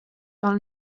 dans